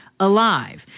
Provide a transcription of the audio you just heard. alive